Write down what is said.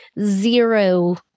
zero